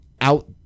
out